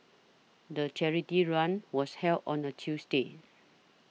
the charity run was held on a Tuesday